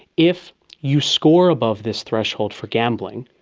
if you score above this threshold for gambling,